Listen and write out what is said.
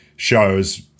Shows